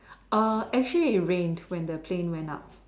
err actually it rained when the plane went up